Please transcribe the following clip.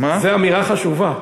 זה אמירה חשובה.